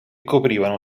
coprivano